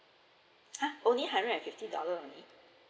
[hah] only had right fifty dollar only